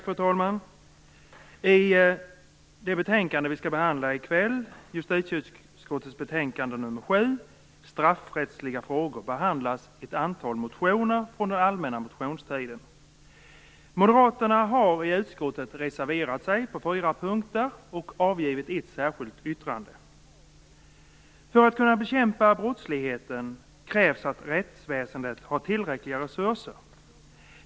Fru talman! I det betänkande vi skall behandla i kväll, justitieutskottets betänkande nr 7 om straffrättsliga frågor, behandlas ett antal motioner från den allmänna motionstiden. Moderaterna i utskottet har reserverat sig på fyra punkter och avgivit ett särskilt yttrande. För att bekämpa brottsligheten krävs att rättsväsendet har tillräckliga resurser.